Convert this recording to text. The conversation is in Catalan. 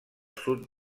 sud